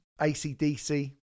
ACDC